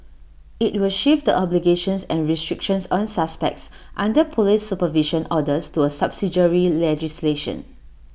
IT will shift obligations and restrictions on suspects under Police supervision orders to A subsidiary legislation